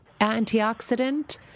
antioxidant